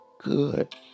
good